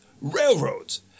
railroads